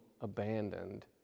abandoned